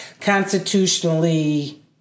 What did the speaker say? constitutionally